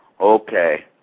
Okay